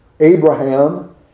Abraham